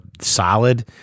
solid